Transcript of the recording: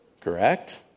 Correct